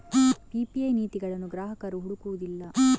PPI ನೀತಿಗಳನ್ನು ಗ್ರಾಹಕರು ಹುಡುಕುವುದಿಲ್ಲ